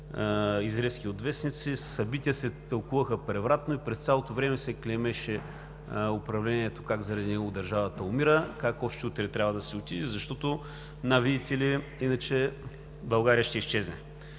изрезки от вестници, събития се тълкуваха превратно и през цялото време се клеймеше управлението как заради нещо държавата умира, как още утре трябва да си отиде, защото, на, видите ли, иначе България ще изчезне.